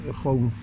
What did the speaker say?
gewoon